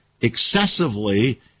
excessively